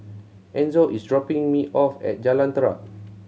Enzo is dropping me off at Jalan Terap